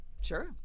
sure